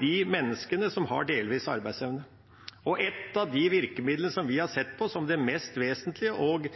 de menneskene som har delvis arbeidsevne. Ett av de virkemidlene vi har sett på som noe av det mest vesentlige og